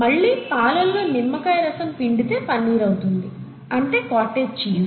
మళ్ళీ పాలల్లో నిమ్మకాయ రసం పిండితే పనీర్ అవుతుంది అంటే కాటేజ్ చీజ్